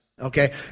Okay